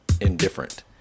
indifferent